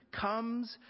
comes